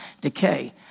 decay